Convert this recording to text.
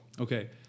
Okay